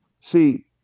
see